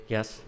Yes